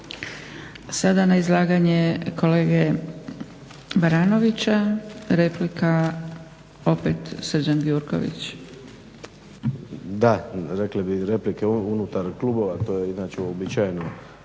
Sada na izlaganje kolege Baranovića replika opet Srđan Gjurković. **Gjurković, Srđan (HNS)** Da rekli bi replike unutar klubova, to je inače uobičajeno